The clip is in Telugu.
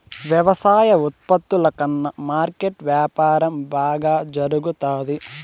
వ్యవసాయ ఉత్పత్తుల కన్నా మార్కెట్ వ్యాపారం బాగా జరుగుతాది